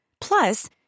Plus